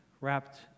wrapped